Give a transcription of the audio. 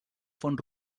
font